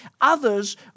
Others